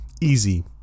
Easy